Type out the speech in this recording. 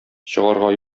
чыгарга